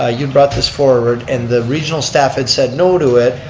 ah you brought this forward. and the regional staff had said no to it.